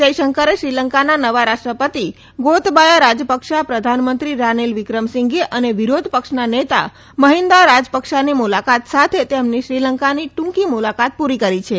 જયશંકરે શ્રીલંકાના નવા રાષ્ટ્રપતિ ગોતબાયા રાજપક્ષા પ્રધાનમંત્રી રાનીલ વિક્રમસિંઘે અને વિરોધ પક્ષના નેતા મહિંદા રાજપક્સાની મુલાકાત સાથે તેમની શ્રીલંકાની ટૂંકી મુલાકાત પૂરી કરી છે